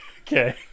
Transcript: Okay